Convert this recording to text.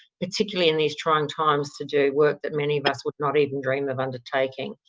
particularly in these trying times, to do work that many of us would not even dream of undertaking.